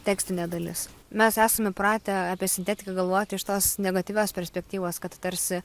tekstinė dalis mes esam įpratę apie sintetiką galvoti iš tos negatyvios perspektyvos kad tarsi